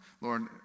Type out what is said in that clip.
Lord